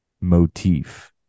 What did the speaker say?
motif